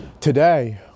Today